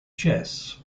chess